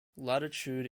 latitude